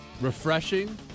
refreshing